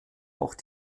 auch